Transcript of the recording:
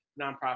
nonprofit